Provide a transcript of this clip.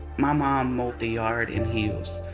my mom mowed the yard in heels,